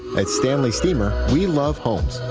at stanley steemer we love homes,